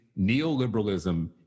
neoliberalism